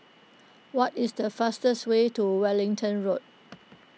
what is the fastest way to Wellington Road